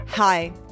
Hi